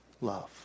love